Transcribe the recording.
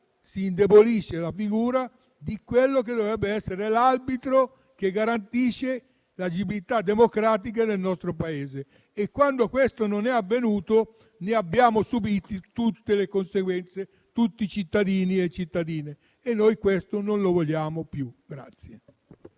si indebolisce la figura di quello che dovrebbe essere l'arbitro che garantisce l'agibilità democratica nel nostro Paese. Quando questo non è avvenuto, ne hanno subito le conseguenze tutti i cittadini e tutte le cittadine, e noi non lo vogliamo più.